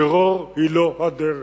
טרור הוא לא הדרך.